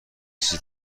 چیز